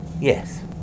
Yes